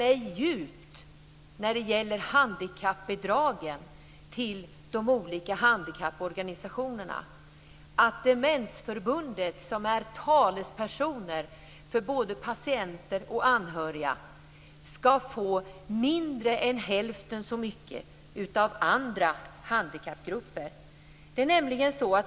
När det gäller handikappbidragen till de olika handikapporganisationerna upprör det mig mycket att Demensförbundet, som är talespersoner för både patienter och anhöriga, ska få mindre än hälften så mycket som andra handikappgrupper.